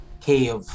cave